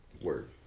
Word